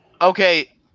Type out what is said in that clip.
Okay